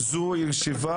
זו ישיבה